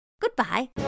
Goodbye